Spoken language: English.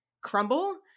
crumble